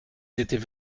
étaient